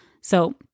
So-